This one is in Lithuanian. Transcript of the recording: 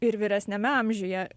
ir vyresniame amžiuje